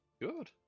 Good